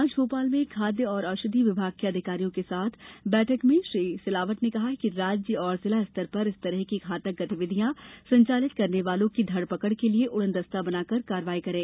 आज मोपाल में खाद्य एवं औषधि विभाग के अधिकारियों के साथ बैठक में श्री सिलावट ने कहा कि राज्य और जिला स्तर पर इस तरह की घातक गतिविधियाँ संचालित करने वालों की धड पकड के लिये उडन दस्ता बनाकर कार्यवाही करें